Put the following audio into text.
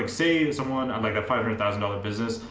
like say and someone um like a five hundred thousand dollars business,